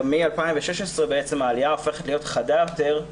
מ-2016 העלייה הופכת להיות חדה יותר,